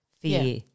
fear